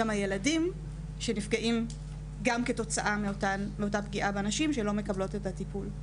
גם הילדים שנפגעים כתוצאה מאותה פגיעה בנשים שלא מקבלות את הטיפול.